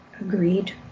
agreed